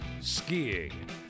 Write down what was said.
skiing